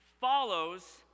follows